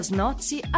Snozzi